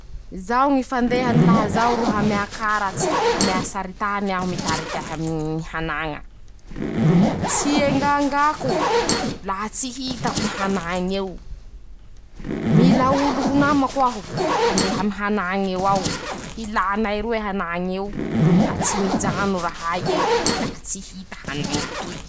Zao ñy fandehany laha zaho ro hamea karatsy ,hamea sary tany aho mitariky ahy aminy ñy hanaña. Tsy engaengako laha tsy hitako ñy hanañ'eo ,mila olo ho namako aho ,handeha aminy hanañ'eo ao ,hilanay roe hanañ'eo ,la tsy mijano rahay e laha tsy hita hanaña toy.